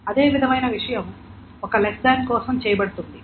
అదే విధమైన విషయం ఒక లెస్ దాన్ కోసం చేయబడుతుంది